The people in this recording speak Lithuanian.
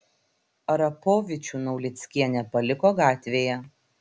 arapovičių naulickienė paliko gatvėje